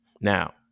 Now